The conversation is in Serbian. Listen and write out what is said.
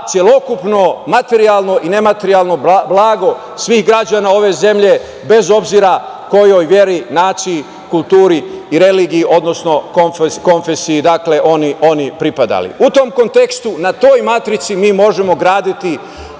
celokupno materijalno i nematerijalno blago svih građana ove zemlje, bez obzira kojoj veri, naciji, kulturi i religiji, odnosno konfesiji oni pripadali.U tom kontekstu, na toj matrici mi možemo graditi